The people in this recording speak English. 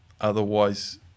otherwise